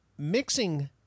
Mixing